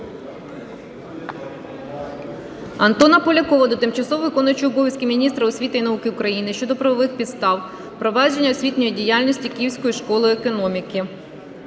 Антона Полякова до тимчасово виконуючого обов'язки міністра освіти і науки України щодо правових підстав провадження освітньої діяльності Київською школою економіки.